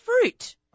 fruit